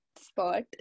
spot